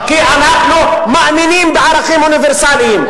כי אנחנו מאמינים בערכים אוניברסליים,